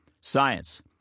Science